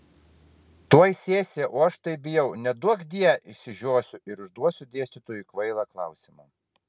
tuoj sesija o aš taip bijau neduokdie išsižiosiu ir užduosiu dėstytojui kvailą klausimą